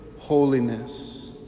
holiness